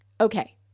Okay